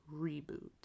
reboot